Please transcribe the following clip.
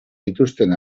dituzten